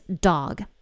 dog